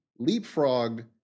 leapfrogged